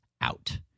out